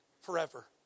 forever